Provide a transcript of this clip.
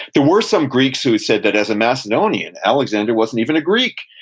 there were some greeks who said that as a macedonian, alexander wasn't even a greek,